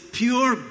pure